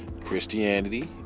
Christianity